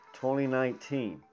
2019